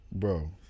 Bro